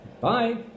Bye